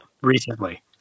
recently